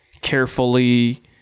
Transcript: carefully